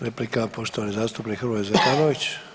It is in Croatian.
Replika poštovani zastupnik Hrvoje Zekanović.